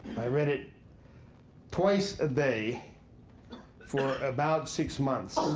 i read it twice a day for about six months,